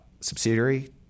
subsidiary